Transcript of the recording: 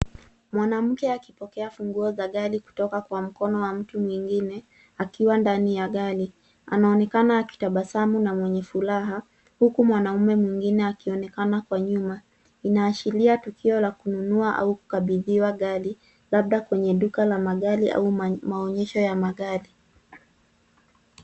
Mwanamke akipokea funguo za gari kutoka kwa mkono wa mtu nwingine, akiwa ndani ya gari. Anaonekana akitabasamu na mwenye furaha, huku mwanaume mwingine akionekana kwa nyuma. Inaashiria tukio la kununua au kukabidhiwa gari, labda kwenye duka la magari au maonyesho ya magari.